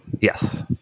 Yes